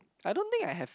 I don't think I have